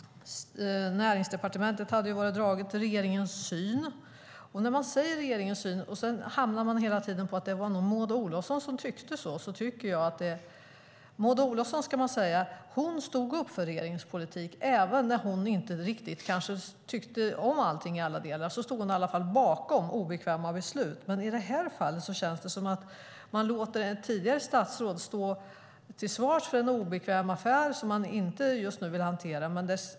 Näringsdepartementet hade ju varit och dragit regeringens syn. Man talar om regeringens syn men hamnar hela tiden i att det nog var Maud Olofsson. Maud Olofsson stod i alla fall upp för regeringens politik. Även om hon inte alltid tyckte om allt stod hon bakom obekväma beslut. I detta fall känns det som att man låter ett tidigare statsråd stå till svars för en obekväm affär som man inte vill hantera.